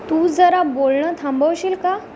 तू जरा बोलणं थांबवशील का